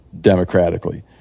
democratically